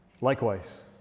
likewise